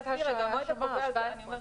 נעמוד בלוחות הזמנים.